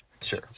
Sure